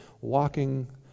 walking